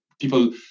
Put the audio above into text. people